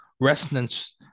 resonance